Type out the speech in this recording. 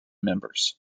members